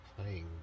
playing